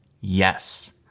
yes